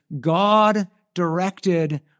God-directed